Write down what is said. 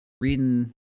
reading